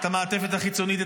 את המעטפת החיצונית,